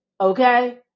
okay